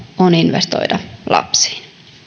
on investoida lapsiin